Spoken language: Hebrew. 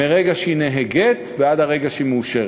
מרגע שהיא נהגית ועד הרגע שהיא מאושרת.